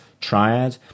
triad